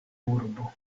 urbo